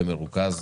במרוכז,